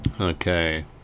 Okay